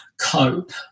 cope